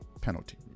penalty